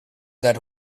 that